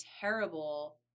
terrible